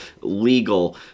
legal